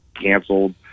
canceled